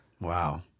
Wow